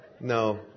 No